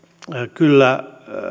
kyllä